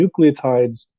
nucleotides